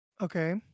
Okay